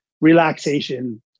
relaxation